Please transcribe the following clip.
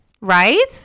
Right